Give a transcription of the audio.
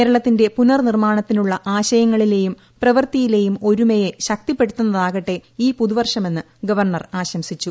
കേരളത്തിന്റെ പുനർനിർമ്മാണത്തിനുള്ള ആശയങ്ങളിലെയും പ്രവൃത്തിയിലെയും ഒരുമയെ ശക്തിപ്പെടുത്തുന്നതാകട്ടെ ഈ പുതുവർഷമെന്ന് ഗവർണർ ആശംസിച്ചു